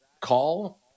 call